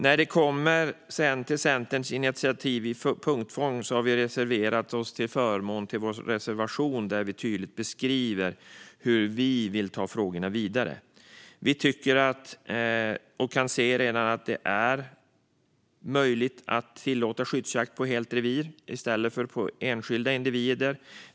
När det gäller Centerpartiets initiativ i punktform reserverar vi oss, och i vår reservation beskriver vi tydligt hur vi vill ta frågorna vidare. Vi anser att det enligt lag redan är möjligt att tillåta skyddsjakt på helt revir i stället för på enskilda individer.